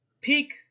Peak